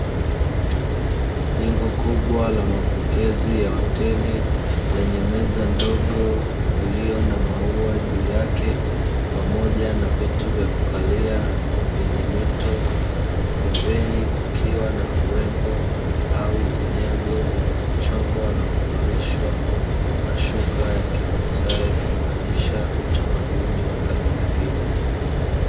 Jengo kubwa la mapokezi ya hoteli yenye meza ndogo iliyo na maua juu yake pamoja na viti vya kukalia vyenye mito, pembeni kukiwa na urembo au vinyago vilivyochongwa na kuvalishwa mashuka ya kimasaai kumaanisha utamaduni wa kabila hiyo.